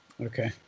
Okay